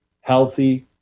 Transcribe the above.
healthy